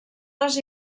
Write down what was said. les